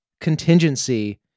contingency